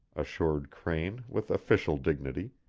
assured crane, with official dignity.